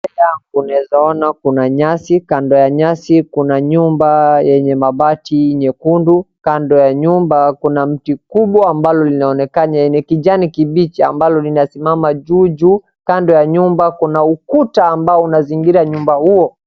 Hapa unaweza kuona kuna nyasi kando ya nyasi kuna nyumba yenye mabati nyekundu. Kando ya nyumba kuna mti kubwa ambalo linaonekana yenye kijani kikubwa ambalo linasimama juu juu. Kando ya nyumba kuna ukuta ambao unazingira nyumba huo.